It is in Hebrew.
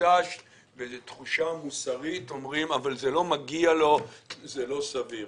מטושטש ואף על פי שהתחושה היא מוסרית לא מגיע לו וזה לא סביר.